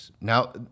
Now